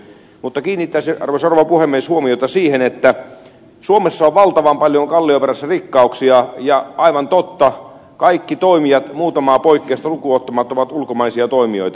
mutta kiinnittäisin arvoisa rouva puhemies huomiota siihen että suomessa on valtavan paljon kallioperässä rikkauksia ja aivan totta kaikki toimijat muutamaa poikkeusta lukuun ottamatta ovat ulkomaisia toimijoita